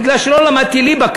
בגלל שלא למדתי ליבה,